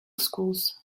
schools